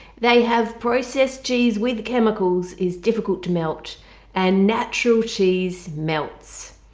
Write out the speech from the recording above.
they have processed cheese with chemicals is difficult to melt and natural cheese melts.